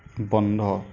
বন্ধ